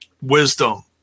wisdom